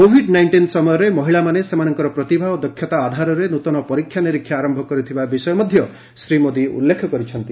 Covid nineteen ସମୟରେ ମହିଳାମାନେ ସେମାନଙ୍କର ପ୍ରତିଭା ଓ ଦକ୍ଷତା ଆଧାରରେ ନୃତନ ପରୀକ୍ଷା ନିରୀକ୍ଷା ଆରମ୍ଭ କରିଥିବା ବିଷୟ ମଧ୍ୟ ଶ୍ରୀ ମୋଦି ଉଲ୍ଲେଖ କରିଛନ୍ତି